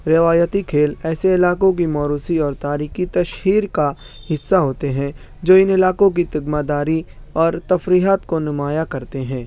روایتی کھیل ایسے علاقوں کی موروثی اور تاریخی تشہیر کا حصہ ہوتے ہیں جو ان علاقوں کی تگماداری اور تفریحات کو نمایاں کرتے ہیں